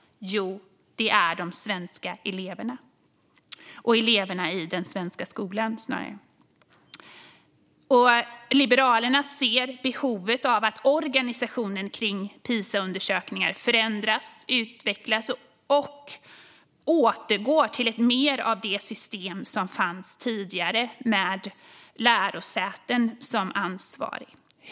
Jo, det är eleverna i den svenska skolan. Liberalerna ser behovet av att organisationen för Pisaundersökningar förändras, utvecklas och återgår till mer av det system som fanns tidigare med lärosäten som ansvariga.